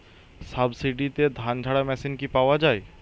সাবসিডিতে ধানঝাড়া মেশিন কি পাওয়া য়ায়?